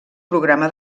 programa